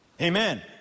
Amen